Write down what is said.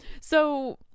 So-